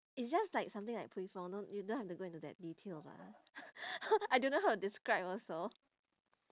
it's just like something like pui fong no you don't have to go into that details ah I don't know how to describe also